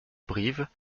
brive